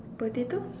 potato